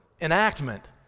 enactment